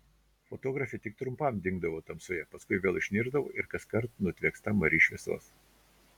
fotografė tik trumpai dingdavo tamsoje paskui vėl išnirdavo ir kaskart nutvieksta mari šviesos